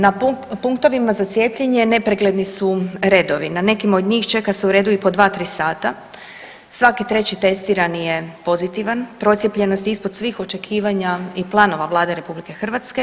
Na punktovima za cijepljenje nepregledni su redovi, na nekima od njih čeka se u redu i po dva, tri sata, svaki treći testirani je pozitivan, procijepljenost je ispod svih očekivanja i planova Vlade RH.